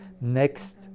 next